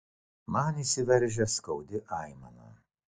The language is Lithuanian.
man išsiveržia skaudi aimana